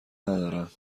ندارم